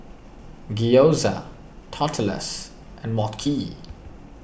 Gyoza Tortillas and Mochi